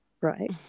right